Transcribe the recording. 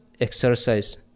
Exercise